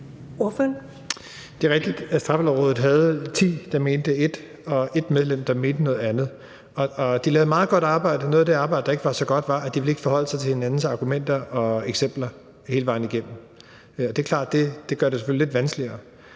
Straffelovrådet havde 10 medlemmer, der mente ét, og 1 medlem, der mente noget andet, og de lavede et meget godt arbejde. Noget af det arbejde, der ikke var så godt, var, at de ikke ville forholde sig til hinandens argumenter og eksempler hele vejen igennem, og det er selvfølgelig klart, at det gør